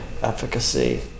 efficacy